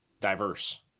diverse